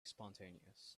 spontaneous